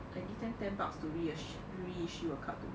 I give them ten bucks to reassu~ reissue a card to me